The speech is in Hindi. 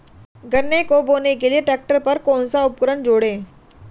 गन्ने को बोने के लिये ट्रैक्टर पर कौन सा उपकरण जोड़ें?